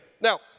Now